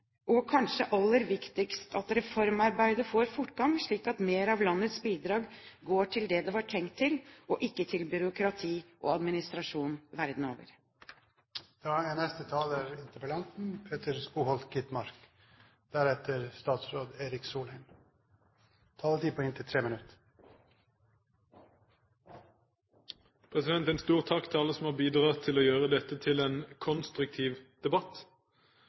og kanskje aller viktigst, at reformarbeidet får fortgang, slik at mer av landets bidrag går til det det var tenkt til, og ikke til byråkrati og administrasjon verden over. En stor takk til alle som har bidratt til å gjøre dette til en konstruktiv debatt. Mitt ønske er at dette skal bidra til